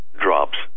drops